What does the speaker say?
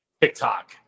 TikTok